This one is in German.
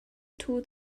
tut